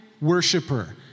worshiper